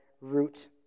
root